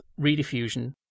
Rediffusion